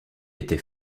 était